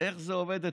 איך זה עובד אצלכם,